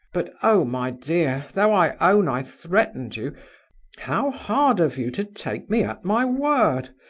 but oh, my dear though i own i threatened you how hard of you to take me at my word!